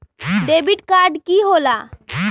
Debit card की होला?